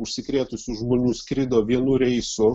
užsikrėtusių žmonių skrido vienu reisu